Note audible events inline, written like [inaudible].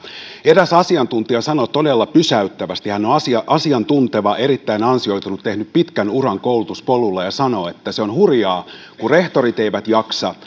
eräs asiantuntija sanoi todella pysäyttävästi hän on asiantunteva erittäin ansioitunut tehnyt pitkän uran koulutuspolulla ja sanoo että se on hurjaa että kun rehtorit eivät jaksa [unintelligible]